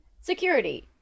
Security